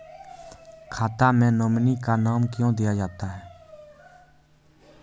खाता मे नोमिनी का नाम क्यो दिया जाता हैं?